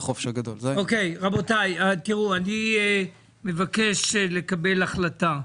רבותיי, אני מבקש לקבל החלטה.